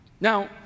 Now